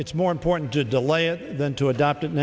it's more important to delay it than to adopt